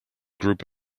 group